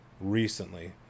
recently